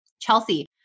Chelsea